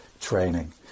training